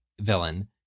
villain